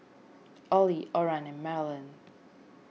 Oley Oran and Marilynn